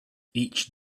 each